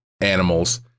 animals